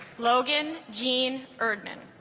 logan gene adnan